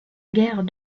guerre